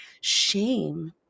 shame